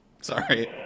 Sorry